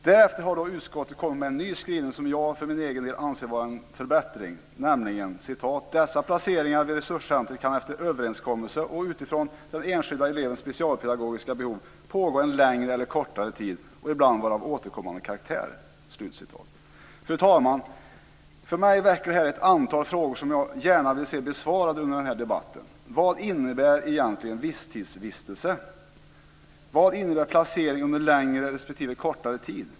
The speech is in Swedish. Därefter har utskottet kommit med en ny skrivning som jag för min del anser är en förbättring: "Dessa placeringar vid resurscentret kan efter överenskommelse och utifrån den enskilda elevens specialpedagogiska behov pågå en längre eller kortare tid och ibland vara av återkommande karaktär." Fru talman! Hos mig väcker detta ett antal frågor som jag gärna ser blir besvarade under den här debatten: Vad innebär egentligen visstidsvistelse? Vad innebär placering under längre respektive kortare tid?